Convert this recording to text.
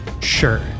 Sure